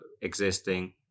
existing